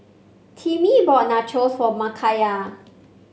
Timmy bought Nachos for Makayla